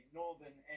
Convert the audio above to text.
northern